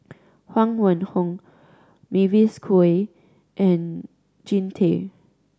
Huang Wenhong Mavis Khoo Oei and Jean Tay